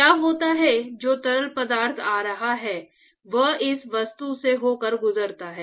क्या होता है कि जो तरल पदार्थ आ रहा है वह इस वस्तु से होकर गुजरता है